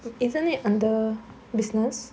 but isn't it under business